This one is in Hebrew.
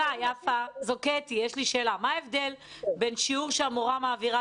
מה ההבדל בין שיעור שהמורה מעבירה